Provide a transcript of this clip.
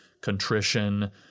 contrition